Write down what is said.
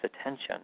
attention